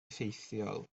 effeithiol